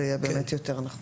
זה יהיה באמת יותר נכון.